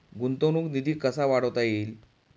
गुंतवणूक निधी कसा वाढवता येईल?